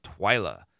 Twyla